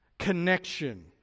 connection